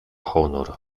honor